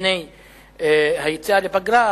לפני היציאה לפגרה,